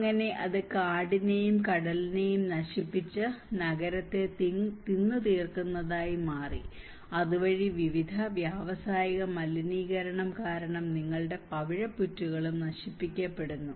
അങ്ങനെ അത് കാടിനെയും കടലിനെയും നശിപ്പിച്ച് നഗരത്തെ തിന്നുതീർക്കുന്നതായി മാറി അതുവഴി വിവിധ വ്യാവസായിക മലിനീകരണം കാരണം നിങ്ങളുടെ പവിഴപ്പുറ്റുകളും നശിപ്പിക്കപ്പെടുന്നു